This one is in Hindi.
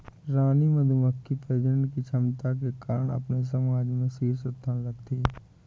रानी मधुमक्खी प्रजनन की क्षमता के कारण अपने समाज में शीर्ष स्थान रखती है